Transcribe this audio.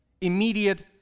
Immediate